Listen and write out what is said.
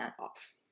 off